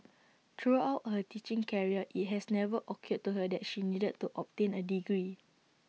throughout her teaching career IT has never occurred to her that she needed to obtain A degree